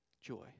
joy